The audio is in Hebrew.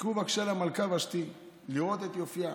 תקראו בבקשה למלכה ושתי, להראות את יופייה.